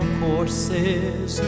courses